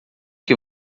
que